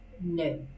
No